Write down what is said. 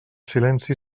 silenci